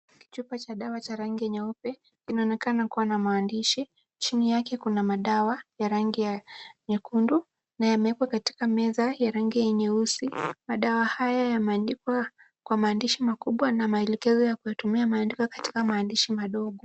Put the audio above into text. Chupa cha dawa cha rangi nyeupe inaonekana kuwa na maandishi, chini yake kuna madawa ya rangi ya nyekundu na yamewekwa katika meza ya rangi ya nyeusi, madawa haya yameandikwa kwa maandishi makubwa na maelekezo ya kuyatumia yameandikwa katika maandishi madogo.